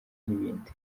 n’ibindi